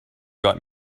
got